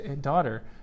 daughter